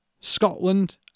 Scotland